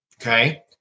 Okay